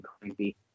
creepy